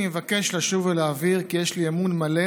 אני מבקש לשוב ולהבהיר כי יש לי אמון מלא